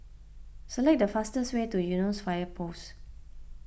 select the fastest way to Eunos Fire Post